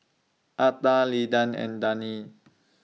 Atha Lyda and Daneen